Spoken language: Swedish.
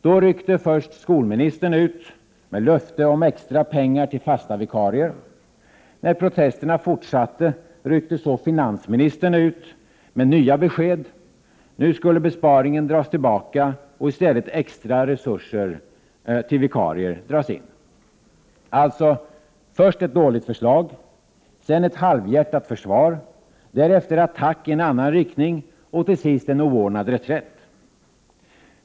Då ryckte först skolministern ut med löfte om extra pengar till fasta vikarier. När protesterna fortsatte ryckte så finansministern ut med nya besked. Nu skulle besparingen dras tillbaka och i stället extra resurser till vikarier dras in. Alltså, först ett dåligt förslag, sedan ett halvhjärtat försvar, därefter attack i annan riktning, och till sist en oordnad reträtt.